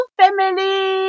family